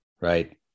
right